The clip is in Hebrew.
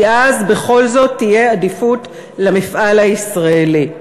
כי אז בכל זאת תהיה עדיפות למפעל הישראלי.